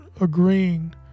agreeing